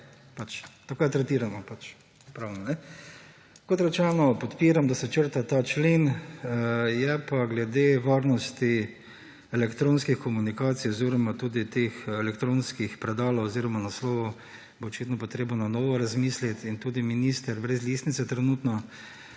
Tako je tretirano pravno. Kot rečeno, podpiram, da se ta člen črta. Bo pa glede varnosti elektronskih komunikacij oziroma elektronskih predalov oziroma naslovov očitno treba ponovno razmisliti. In tudi minister brez listnice, trenutno,